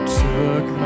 took